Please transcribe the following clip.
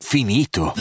Finito